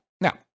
Now